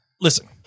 listen